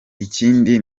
ikindi